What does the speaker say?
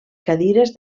cadires